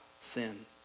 sin